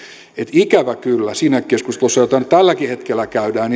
ikävä kyllä siinä keskustelussa jota tälläkin hetkellä käydään